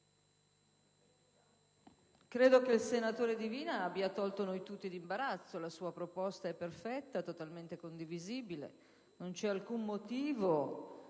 credo che il senatore Divina abbia tolto noi tutti d'imbarazzo. La sua proposta è perfetta, totalmente condivisibile: non c'è alcun motivo